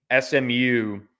SMU